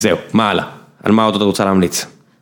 זהו, מה הלאה, על מה עוד את רוצה להמליץ?